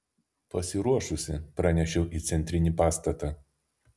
pasiruošusi pranešiau į centrinį pastatą